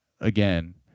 again